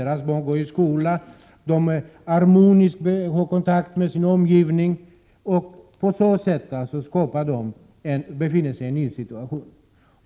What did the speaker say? Deras barn går i skolan, och de får harmonisk kontakt med sin omgivning. På så sätt befinner de sig i en ny situation.